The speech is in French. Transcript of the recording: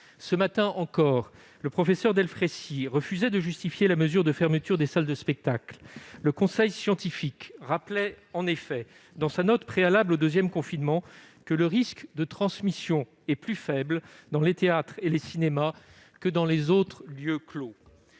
Ce matin encore, le professeur Delfraissy refusait de justifier la mesure de fermeture des salles de spectacle ; le conseil scientifique rappelait en effet dans sa note préalable au deuxième confinement que « le risque de transmission est plus faible dans les théâtres et cinémas » que dans les autres lieux clos.